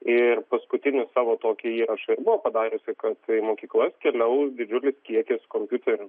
ir paskutinį savo tokį įrašą ir buvo padariusi kad į mokyklas keliaus didžiulis kiekis kompiuterių